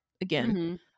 again